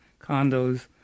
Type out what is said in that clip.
condos